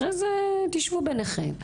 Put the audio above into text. אחרי זה תשבו ביניכן,